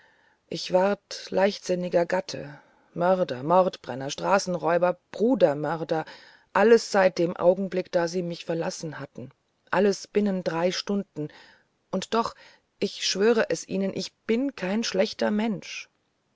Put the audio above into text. ich ward leichtsinniger gatte mörder mordbrenner straßenräuber brudermörder alles seit dem augenblick da sie mich verlassen hatten alles binnen drei stunden und doch ich schwöre es ihnen bin ich kein schlechter mensch